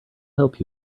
help